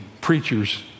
preachers